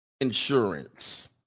insurance